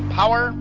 power